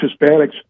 Hispanics